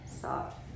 soft